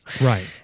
Right